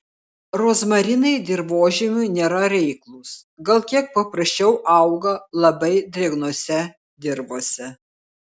rozmarinai dirvožemiui nėra reiklūs gal kiek prasčiau auga labai drėgnose dirvose